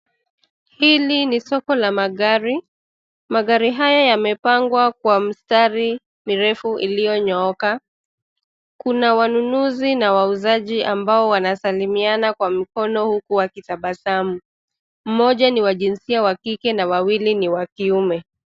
Hili ni soko la magari. Magari haya yamepangwa kwa mstari mirefu iliyonyooka. Kuna wanunuzi na wauzaji ambao wanasalimiana kwa mkono huku wakitabasamu. Mmoja ni wa jinsia wa kike na wawili ni wa kiume.